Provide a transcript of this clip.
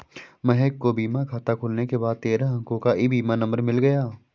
महक को बीमा खाता खुलने के बाद तेरह अंको का ई बीमा नंबर मिल गया